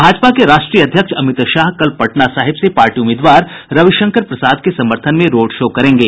भाजपा के राष्ट्रीय अध्यक्ष अमित शाह कल पटना साहिब से पार्टी उम्मीदवार रविशंकर प्रसाद के समर्थन में रोड शो करेंगे